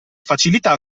facilità